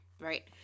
right